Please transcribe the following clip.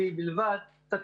26 שמתוכם 10 במצב